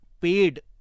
paid